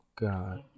god